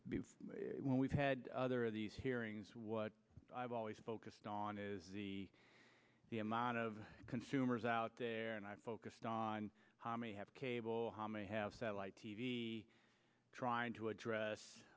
only when we've had these hearings what i've always focused on is the the amount of consumers out there and i'm focused on how many have cable how many have satellite t v trying to address